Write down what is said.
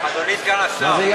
אדוני סגן השר --- מה זה "יאללה"?